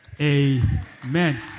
amen